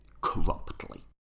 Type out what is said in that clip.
corruptly